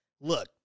look